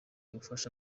ubufasha